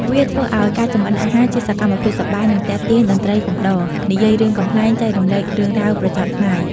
វាធ្វើឱ្យការចម្អិនអាហារជាសកម្មភាពសប្បាយ និងទាក់ទាញតន្ត្រីកំដរ និយាយរឿងកំប្លែង ចែករំលែករឿងរ៉ាវប្រចាំថ្ងៃ។